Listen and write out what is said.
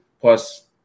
Plus